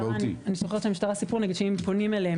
אני זוכרת שהמשטרה סיפרה שאם פונים אליהם,